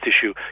issue